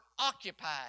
occupied